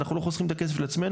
אנחנו לא חוסכים את הכסף של עצמנו.